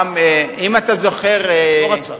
אה, ראש הממשלה.